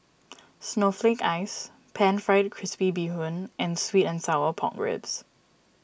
Snowflake Ice Pan Fried Crispy Bee Hoon and Sweet and Sour Pork Ribs